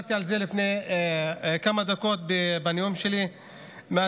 דיברתי על זה לפני כמה דקות בנאום שלי מהצד.